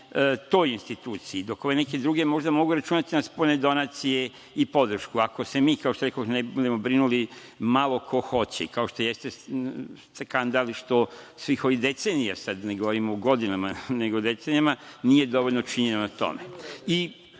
toj instituciji, dok ove neke druge možda mogu računati na spoljne donacije i podršku. Ako se mi, kao što rekoh, ne budemo brinuli, malo ko hoće. Skandal je što se svih ovih decenija, ne govorim o godinama, nego o decenijama, nije dovoljno činilo na tome. Još